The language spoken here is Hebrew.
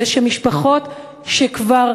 כדי שמשפחות שכבר